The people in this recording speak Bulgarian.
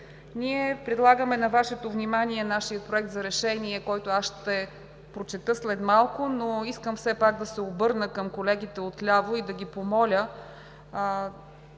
Предлагаме на Вашето внимание нашия Проект на решение, който ще прочета след малко, но искам все пак да се обърна към колегите отляво и да ги помоля: